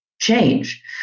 change